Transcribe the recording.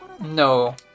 no